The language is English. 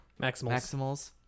maximals